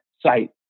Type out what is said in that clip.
site